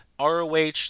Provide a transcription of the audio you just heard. ROH